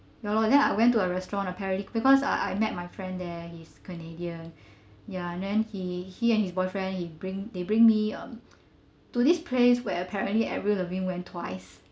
ya lor then I went to a restaurant apparently because ah I met my friend there he's canadian ya and then he he and his boyfriend he bring they bring me um to this place where apparently avril lavigne went twice